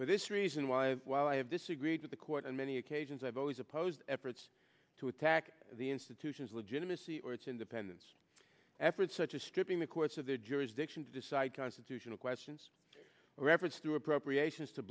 for this reason why while i have disagreed with the court and many occasions i've always opposed efforts to attack the institution's legitimacy or its independence efforts such as stripping the courts of their jurisdiction to decide constitutional questions or efforts through appropriations to